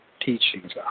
teachings